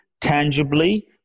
tangibly